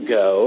go